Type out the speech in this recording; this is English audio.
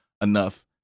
enough